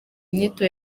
nyito